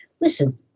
Listen